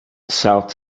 south